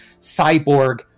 Cyborg